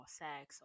sex